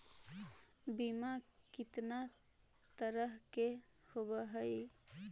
बीमा कितना तरह के होव हइ?